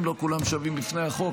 אם לא כולם שווים בפני החוק,